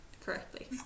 correctly